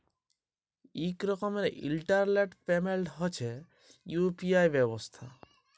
ইক রকমের ইলটারলেট পেমেল্ট হছে ইউ.পি.আই ব্যবস্থা